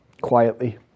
quietly